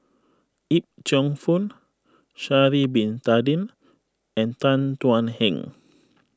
Yip Cheong Fun Sha'ari Bin Tadin and Tan Thuan Heng